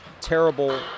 terrible